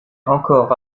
encore